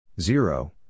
zero